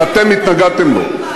שאתם התנגדתם לו.